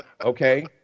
okay